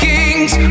Kings